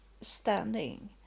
standing